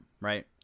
Right